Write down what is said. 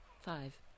five